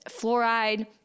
fluoride